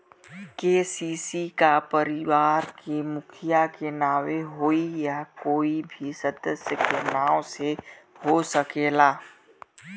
KCC का परिवार के मुखिया के नावे होई या कोई भी सदस्य के नाव से हो सकेला?